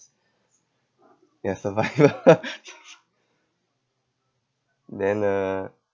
ya survival then uh